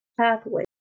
pathway